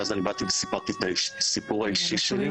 ואז אני באתי וסיפרתי את הסיפור האישי שלי,